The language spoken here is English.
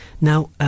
now